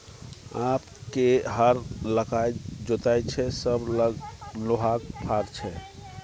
आब के हर लकए जोतैय छै सभ लग लोहाक फार छै